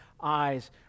eyes